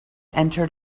entered